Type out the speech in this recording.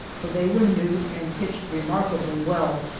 for they were new and pitched remarkably well.